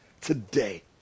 today